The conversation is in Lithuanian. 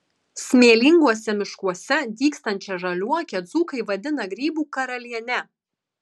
smėlinguose miškuose dygstančią žaliuokę dzūkai vadina grybų karaliene